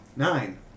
Nine